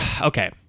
Okay